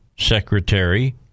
secretary